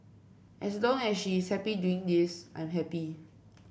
as long as she is happy doing this I'm happy